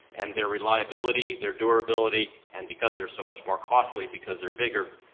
and their reliability, their durability, and because they're so much more costly because they're bigger,